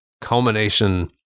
culmination